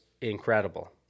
incredible